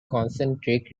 concentric